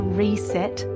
reset